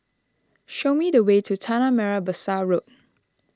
show me the way to Tanah Merah Besar Road